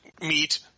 meet